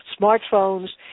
smartphones